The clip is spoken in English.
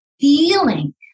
feeling